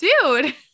dude